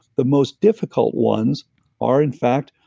the most difficult ones are, in fact,